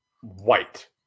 white